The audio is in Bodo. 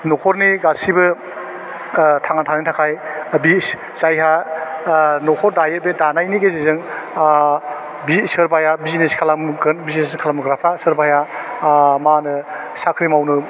नखरनि गासिबो ओह थांना थानायनि थाखाय बिस जायहा आह नखर दायो बे दानायनि गेजेरजों आह बि सोरबाया बिजनेस खालामगोन बिजनेस खालामग्राफ्रा सोरबाया आह मा होनो साख्रि मावनो